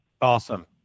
Awesome